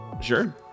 Sure